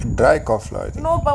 dry cough lah I think